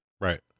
Right